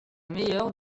meilleure